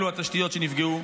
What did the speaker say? אלו התשתיות שנפגעו.